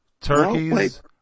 Turkeys